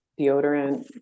deodorant